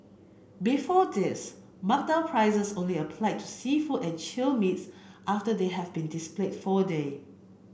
before this marked down prices only applied to seafood and chilled meats after they have been displayed for a day